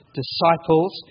disciples